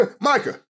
Micah